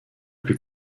plus